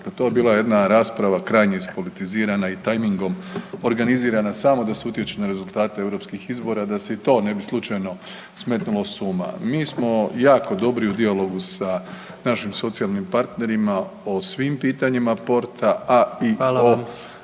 to je bila jedna rasprava krajnje ispolitizirana i timingom organizirana samo da se utječe na rezultate europskih izbora, da se i to ne bi slučajno smetnulo s uma. Mi smo jako dobri u dijalogu sa našim socijalnim partnerima o svim pitanjima porta, a i o onome